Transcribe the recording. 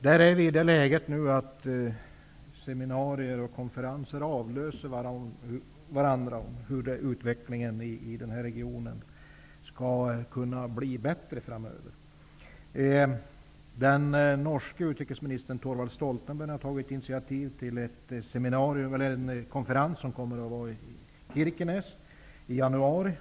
Vi är nu i det läget att seminarier och konferenser om hur utvecklingen i denna region skall kunna bli bättre framöver avlöser varandra. Den norske utrikesministern Thorvald Stoltenberg har tagit initiativ till en konferens som kommer att äga rum i Kirkenes i januari.